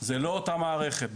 זו לא אותה מערכת.